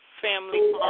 family